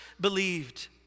believed